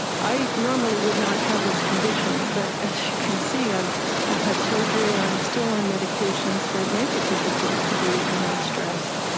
i normally would not have this condition, but as you can see i've i've had surgery, i'm still on medications that make it difficult to breathe when i'm stressed.